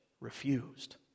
refused